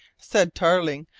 said tarling,